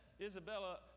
Isabella